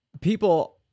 people